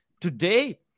Today